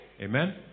Amen